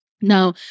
Now